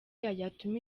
yatuma